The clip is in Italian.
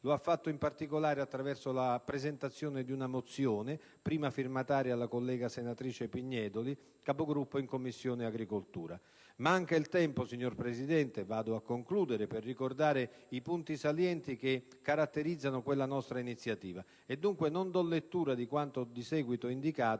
Lo ha fatto in particolare attraverso la presentazione di una mozione, a prima firma della collega senatrice Pignedoli, Capogruppo in Commissione agricoltura. Manca il tempo, signor Presidente (vado a concludere il mio intervento), per ricordare i punti salienti che caratterizzano quella nostra iniziativa e dunque non do lettura di quanto ho di seguito indicato,